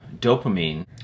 Dopamine